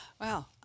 Wow